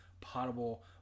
potable